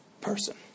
person